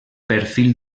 perfil